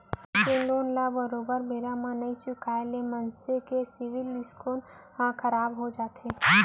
bank के loan ल बरोबर बेरा म नइ चुकाय ले मनसे के सिविल स्कोर ह खराब हो जाथे